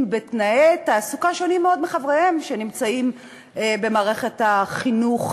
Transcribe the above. בתנאי תעסוקה שונים מאוד מחבריהם שנמצאים במערכת החינוך,